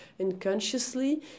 unconsciously